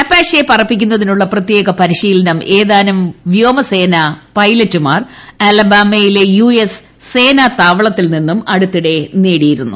Apache പറപ്പിക്കുന്നതിനുള്ള പ്രത്യേക പൃരിശീലനം ഏതാനും വ്യോ മസേന പൈലറ്റുമാർ അലബാമയിലെ യൂഎസ് സേനാതാവളത്തിൽ നിന്ന് അടുത്തിടെ നേടിയിരുന്നു